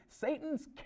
Satan's